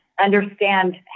Understand